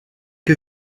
que